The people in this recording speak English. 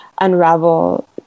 unravel